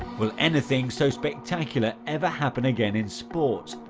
will anything so spectacular ever happen again in sport?